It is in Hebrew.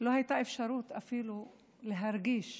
לא הייתה אפשרות אפילו להרגיש